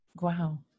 Wow